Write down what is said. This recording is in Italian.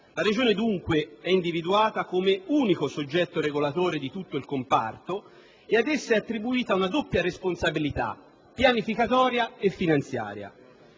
La Regione, dunque, è individuata come unico soggetto regolatore di tutto il comparto e ad essa è attribuita una doppia responsabilità, pianificatoria e finanziaria.